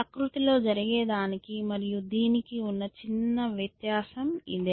ప్రకృతిలో జరిగేదానికి మరియు దీనికి ఉన్న చిన్న వ్యత్యాసం ఇదే